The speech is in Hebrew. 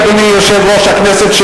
אדוני יושב-ראש הכנסת,